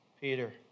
Peter